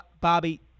Bobby